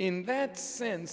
in that sense